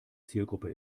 zielgruppe